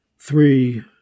three